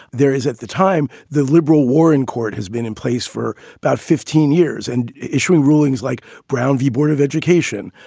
there is at the time the liberal warren court has been in place for about fifteen years and issuing rulings like brown v. board of education,